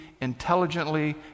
intelligently